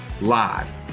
live